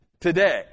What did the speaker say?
today